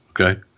Okay